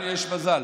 לנו יש מזל.